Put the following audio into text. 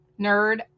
nerd